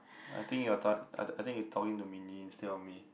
I think you are tired I I think you are talking to Min-Yi instead of me